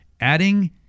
adding